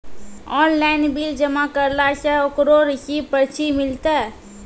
Online bill जमा करला से ओकरौ रिसीव पर्ची मिलतै?